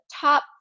top